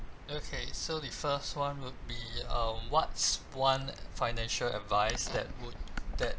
okay so the first one would be uh what's one financial advice that would that